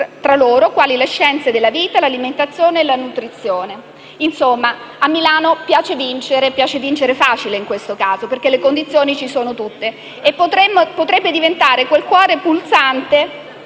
tra loro, quali la scienza della vita, dell'alimentazione e della nutrizione. Insomma, a Milano piace vincere facile in questo caso, perché le condizioni ci sono tutte e potrebbe diventare quel cuore pulsante